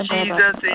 Jesus